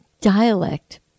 dialect